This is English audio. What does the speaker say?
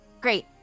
Great